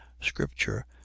scripture